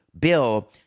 bill